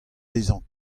bezañ